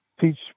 teach